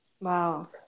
Wow